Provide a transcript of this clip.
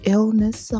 Illness